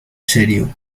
serio